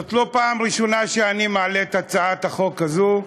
זאת לא הפעם הראשונה שאני מעלה את הצעת החוק הזו,